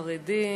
וחרדים.